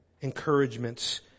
encouragements